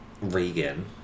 Regan